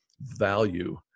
value